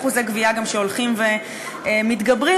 ואחוזי הגבייה הולכים ומתגברים,